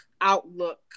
outlook